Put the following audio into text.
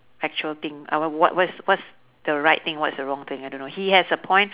actual thing I wa~ what what what's the right thing what's the wrong thing I don't know he has a point